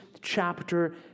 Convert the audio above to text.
chapter